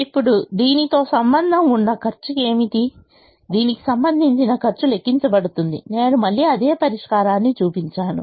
ఇప్పుడు దీనితో సంబంధం ఉన్న ఖర్చు ఏమిటి దీనికి సంబంధించిన ఖర్చు లెక్కించబడుతుంది నేను మళ్ళీ అదే పరిష్కారాన్ని చూపించాను